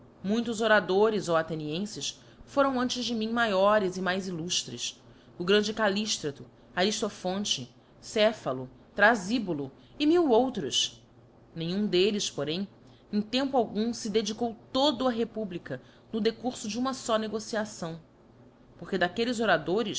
muitos oradores ó athenienfes foram antes de mim maiores e mais illuftres o grande calliílrato arillophonte gephalo thrafybulo e mil outros nenhum delles porém em tempo algum fe dedicou todo á republica no decurfo de uma ló negociação porque daquelles oradores